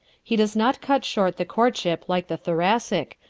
he does not cut short the courtship like the thoracic,